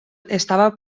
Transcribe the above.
estava